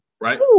right